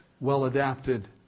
well-adapted